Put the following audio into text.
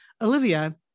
Olivia